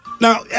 Now